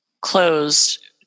closed